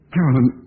Carolyn